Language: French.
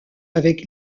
avec